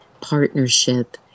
partnership